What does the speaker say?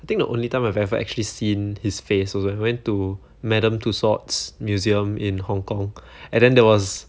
I think the only time I've ever actually seen his face was when I went to madame tussauds museum in Hong-Kong and then there was